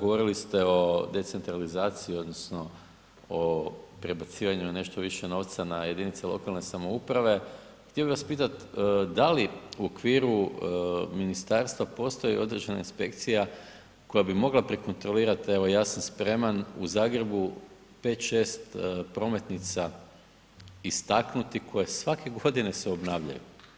govorili ste o decentralizaciji odnosno o prebacivanju nešto više novca na jedinice lokalne samouprave, htio bih vas pitat da li u okviru ministarstva postoji određena inspekcija koja bi mogla prekontrolirati evo ja sam spreman u Zagrebu 5, 6 prometnica istaknuti koje svake godine se obnavljaju.